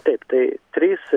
taip tai trys